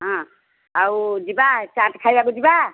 ହଁ ଆଉ ଯିବା ଚାଟ୍ ଖାଇବାକୁ ଯିବା